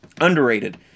Underrated